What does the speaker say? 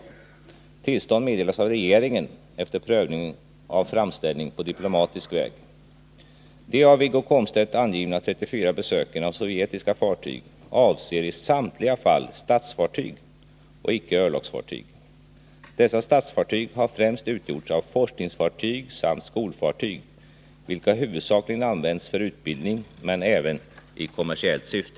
Tillstånd meddelas av regeringen efter prövning av framställning på diplomatisk väg. De av Wiggo Komstedt angivna 34 besöken av sovjetiska fartyg avser i samtliga fall statsfartyg och icke örlogsfartyg. Dessa statsfartyg har främst utgjorts av forskningsfartyg samt skolfartyg, vilka huvudsakligen används för utbildning men även i kommersiellt syfte.